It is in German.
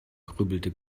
grübelte